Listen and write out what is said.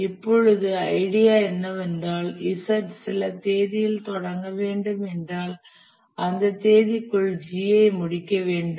இப்பொழுது ஐடியா என்னவென்றால் Z சில தேதியில் தொடங்க வேண்டும் என்றால் அந்த தேதிக்குள் G ஐ முடிக்க வேண்டும்